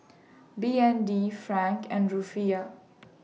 B N D Franc and Rufiyaa